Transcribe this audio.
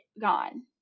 gone